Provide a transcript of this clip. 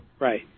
right